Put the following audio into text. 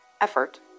effort